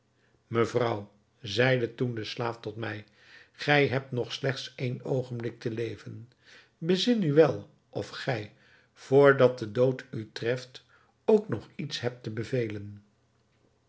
mevrouw zeide toen de slaaf tot mij gij hebt nog slechts een oogenblik te leven bezin u wel of gij vr dat de dood u treft ook nog iets hebt te bevelen